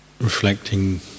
reflecting